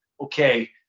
okay